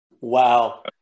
Wow